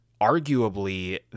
arguably